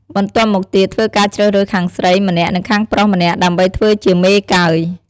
បន្ទាប់មកទៀតធ្វើការជ្រើសរើសខាងស្រីម្នាក់និងខាងប្រុសម្នាក់ដើម្បីធ្វើជាមេកើយ។